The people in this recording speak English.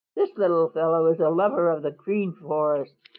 this little fellow is a lover of the green forest,